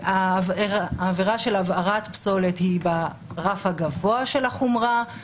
העבירה של הבערת פסולת היא ברף הגבוה של החומרה,